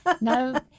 No